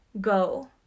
go